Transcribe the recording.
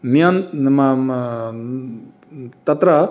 नियन् म म तत्र